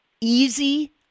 easy